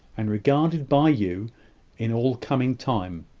and regarded by you in all coming time.